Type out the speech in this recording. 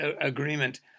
agreement